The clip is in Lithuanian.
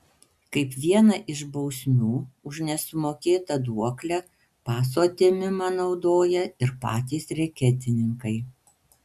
kaip vieną iš bausmių už nesumokėtą duoklę paso atėmimą naudoja ir patys reketininkai